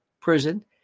prison